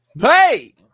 hey